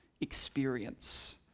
experience